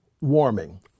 warming